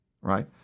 right